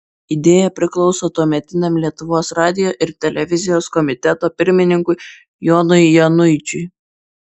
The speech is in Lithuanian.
idėja priklauso tuometiniam lietuvos radijo ir televizijos komiteto pirmininkui jonui januičiui